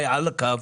הנוכחי.